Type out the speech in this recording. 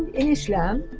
in islam,